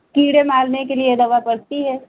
कीड़े मारने के लिए दवा पड़ती है